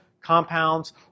compounds